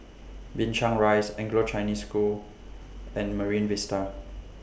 Binchang Rise Anglo Chinese School and Marine Vista